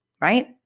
right